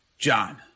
John